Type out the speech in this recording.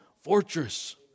fortress